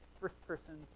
first-person